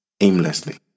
aimlessly